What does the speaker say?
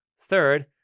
Third